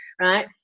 Right